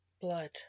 blood